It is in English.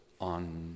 on